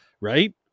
right